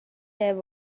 there